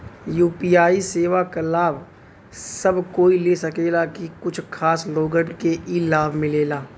UPI सेवा क लाभ सब कोई ले सकेला की कुछ खास लोगन के ई लाभ मिलेला?